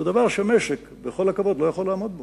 זה דבר שהמשק, בכל הכבוד, לא יכול לעמוד בו.